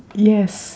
yes